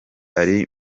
ari